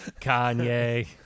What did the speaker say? Kanye